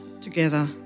together